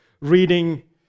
reading